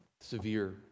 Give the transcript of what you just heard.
Severe